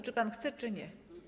Czy pan chce, czy nie?